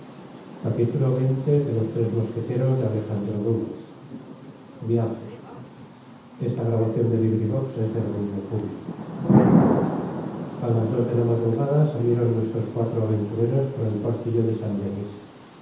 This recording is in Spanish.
a las dos de la madrugada salieron nuestros cuatro aventureros por el portillo de saint-denis